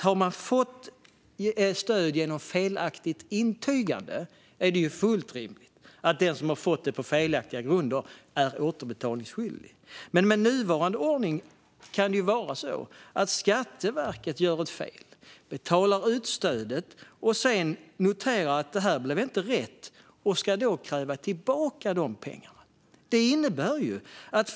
Har man fått stöd genom felaktigt intygande är det naturligtvis fullt rimligt att den som fått det på felaktiga grunder är återbetalningsskyldig. Men med nuvarande ordning kan det vara så att Skatteverket gör ett fel, betalar ut stödet, noterar att det inte blev rätt och då ska kräva tillbaka pengarna.